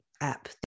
app